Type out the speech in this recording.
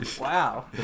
Wow